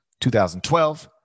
2012